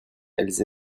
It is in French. elles